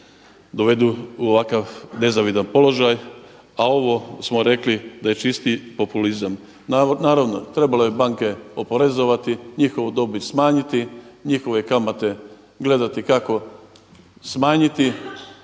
dovedu u ovakav nezavidan položaj. A ovo smo rekli da je čisti populizam. Naravno trebalo je banke oporezovati, njihovu dobit smanjiti, njihove kamate gledati kako smanjiti,